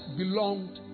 belonged